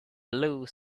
blue